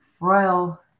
Royal